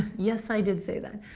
yes i did say that.